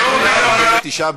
התשע"ז 2016,